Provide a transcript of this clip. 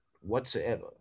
whatsoever